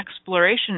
exploration